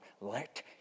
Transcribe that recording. let